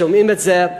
שומעים את זה,